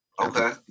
Okay